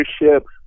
leadership